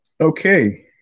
Okay